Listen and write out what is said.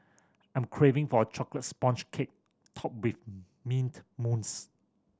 I'm craving for a chocolate sponge cake topped with mint mousse